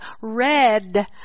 red